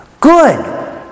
Good